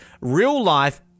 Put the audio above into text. real-life